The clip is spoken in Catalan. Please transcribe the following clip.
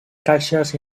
caixes